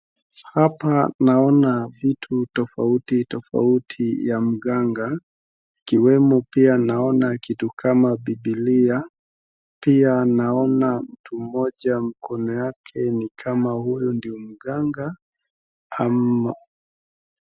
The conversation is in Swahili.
Hapa naona vitu tofauti tofauti ya mganga ikiwemo pia naona kitu kama bibilia pia naona mtu mmoja mkono yake ni kama huyu ndio mganga ama..